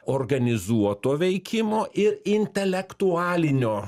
organizuoto veikimo ir intelektualinio